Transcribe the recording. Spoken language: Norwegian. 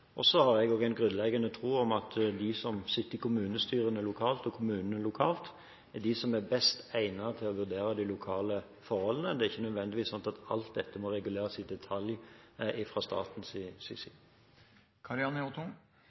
Så har jeg også en grunnleggende tro på at de som sitter i kommunestyrene lokalt og i kommunene lokalt, er er best egnet til å vurdere de lokale forholdene. Det er ikke nødvendigvis sånn at alt dette må reguleres i detalj